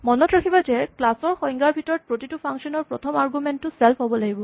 মনত ৰাখিবা যে ক্লাচ ৰ সংজ্ঞাৰ ভিতৰত প্ৰতিটো ফাংচন ৰ প্ৰথম আৰগুমেন্ট টো ছেল্ফ হ'ব লাগিব